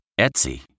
Etsy